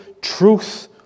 truth